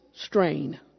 strain